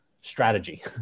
strategy